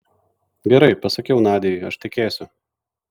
gerai pasakiau nadiai aš tekėsiu